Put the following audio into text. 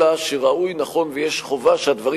אלא שראוי, נכון ויש חובה שהדברים